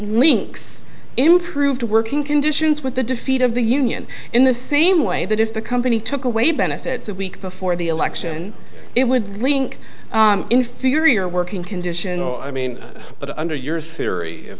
links improve to working conditions with the defeat of the union in the same way that if the company took away benefits a week before the election it would link inferior working conditions i mean that under your